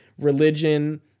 religion